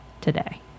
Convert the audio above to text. today